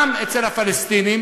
גם אצל הפלסטינים,